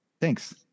thanks